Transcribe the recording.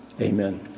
amen